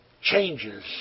changes